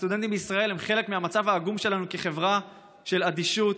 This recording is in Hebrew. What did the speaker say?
הסטודנטים בישראל הם חלק מהמצב העגום שלנו כחברה של אדישות,